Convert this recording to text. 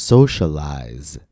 Socialize